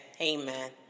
Amen